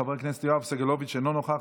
חבר הכנסת יואב סגלוביץ' אינו נוכח.